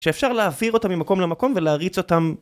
שאפשר להעביר אותם ממקום למקום ולהריץ אותם.